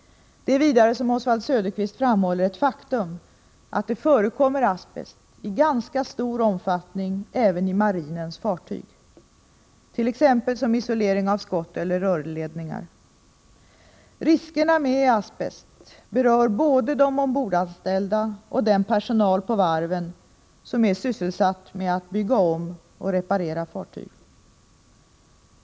Det är vidare, som Oswald Söderqvist framhåller, ett faktum att det förekommer asbest i ganska stor omfattning även i marinens fartyg, t.ex. som isolering av skott eller rörledningar. Riskerna med asbest berör både de ombordanställda och den personal på varven som är sysselsatt med att bygga om och reparera fartyg.